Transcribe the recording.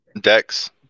Dex